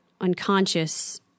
unconscious